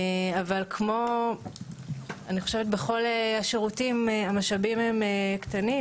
אבל כמו בכל השירותים, המשאבים הם קטנים.